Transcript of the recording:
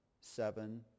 seven